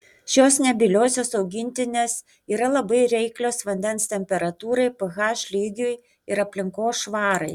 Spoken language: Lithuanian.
šios nebyliosios augintinės yra labai reiklios vandens temperatūrai ph lygiui ir aplinkos švarai